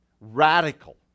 Radical